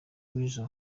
weasel